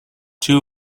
two